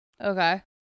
Okay